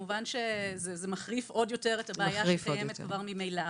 כמובן שזה מחריף עוד יותר את הבעיה שקיימת כבר ממילא.